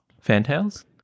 Fantails